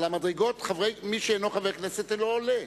על המדרגות מי שאינו חבר כנסת לא עולה,